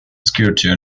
sculpture